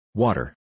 water